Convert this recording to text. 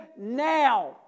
now